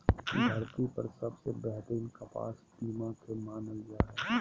धरती पर सबसे बेहतरीन कपास पीमा के मानल जा हय